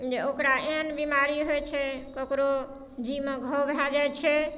जे ओकरा एहन बीमारी होइ छै ककरो जीमे घाव भए जाइ छै